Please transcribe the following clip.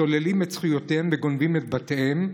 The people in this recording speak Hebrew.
שוללים את זכויותיהם וגונבים את בתיהם,